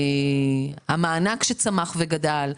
המענק שצמח וגדל,